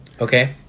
Okay